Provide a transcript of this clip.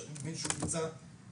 שאני מבין שהוא נמצא ב-זום,